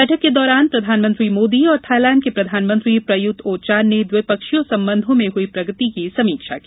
बैठक के दौरान प्रधानमंत्री मोदी और थाईलैंड के प्रधानमंत्री प्रयूत चानओचान ने द्विपक्षीय संबंधों में हुई प्रगति की समीक्षा की